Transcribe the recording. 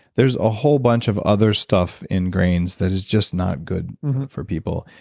there's a whole bunch of other stuff in grains that is just not good for people.